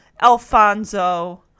Alfonso